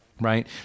Right